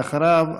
ואחריו,